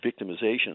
victimization